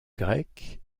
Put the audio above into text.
grec